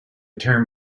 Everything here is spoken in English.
term